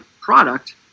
product